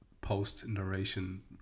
post-narration